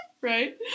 Right